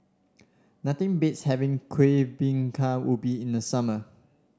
nothing beats having Kuih Bingka Ubi in the summer